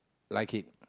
liking